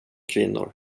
kvinnor